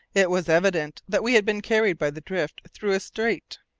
it was evident that we had been carried by the drift through a strait.